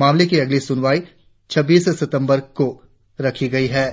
मामले की अगली सुनवाई छब्बीस सितंबर को रखी गई है